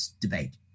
debate